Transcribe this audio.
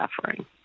suffering